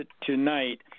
tonight